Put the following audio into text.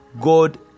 God